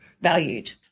valued